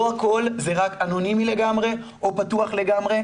לא הכל זה רק אנונימי לגמרי או פתוח לגמרי,